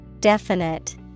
Definite